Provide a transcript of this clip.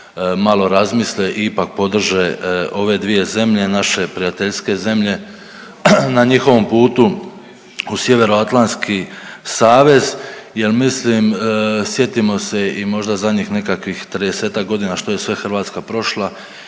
malo razmisle i ipak podrže ove dvije zemlje, naše prijateljske zemlje na njihovom putu u Sjeveroatlantski savez jer mislim, sjetimo se i možda zadnjih nekakvih 30-ak godina što je sve Hrvatska prošla